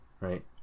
right